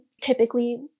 typically